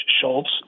Schultz